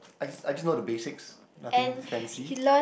I just I just know the basics nothing fancy